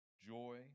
joy